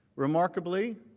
remarkably,